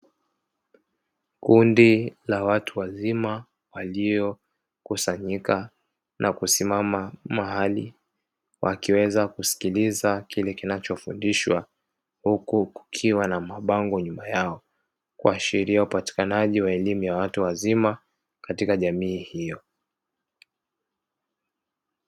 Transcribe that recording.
Kundi la watu wazima waliokusanyika na kusimama mahali wakiweza kusikiliza kile kinachofundishwa; huku kukiwa na mabango nyuma yao kuashiria upatikanaji wa elimu ya watu wazima katika jamii hiyo.